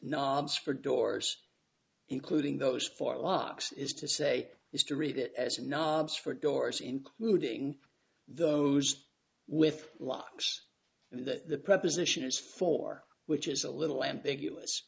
knobs for doors including those for locks is to say is to read it as a knobs for doors including those with locks and that the proposition is for which is a little ambiguous